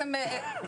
ב-2003.